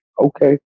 okay